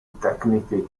tecniche